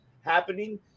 happening